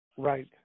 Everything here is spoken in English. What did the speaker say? Right